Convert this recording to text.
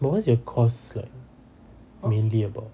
but what is your course like mainly about